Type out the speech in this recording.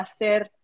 hacer